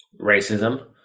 Racism